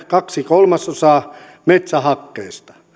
kaksi kolmasosaa metsähakkeesta